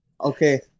Okay